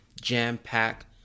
jam-pack